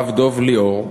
הרב דב ליאור,